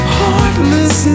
heartless